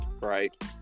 Right